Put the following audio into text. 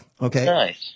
Okay